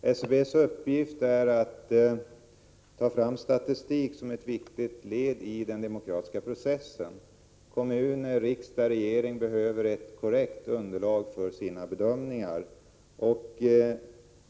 Herr talman! SCB:s uppgift är att ta fram statistik som ett viktigt led i den demokratiska processen. Kommuner, riksdag och regering behöver ett korrekt underlag för sina bedömningar.